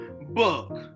book